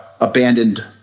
abandoned